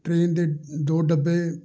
train ਦੇ ਦੋ ਡੱਬੇ